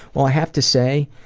well, i have to say